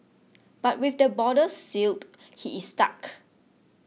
but with the borders sealed he is stuck